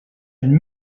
une